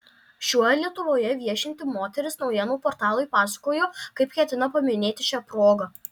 šiuo lietuvoje viešinti moteris naujienų portalui pasakojo kaip ketina paminėti šią progą